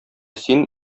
син